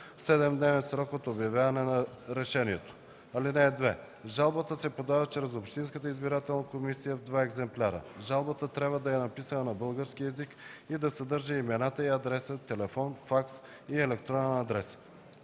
7-дневен срок от обявяването на решението. (2) Жалбата се подава чрез общинската избирателна комисия в два екземпляра. Жалбата трябва да е написана на български език и да съдържа имената и адреса, телефон, факс или електронен адрес.